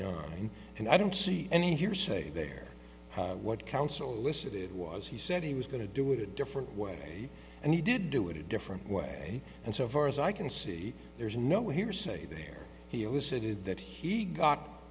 nine and i don't see any hearsay there what counsel listed it was he said he was going to do it a different way and he did do it a different way and so far as i can see there's no hearsay there he elicited that he got